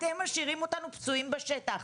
אתם משאירים אותנו פצועים בשטח.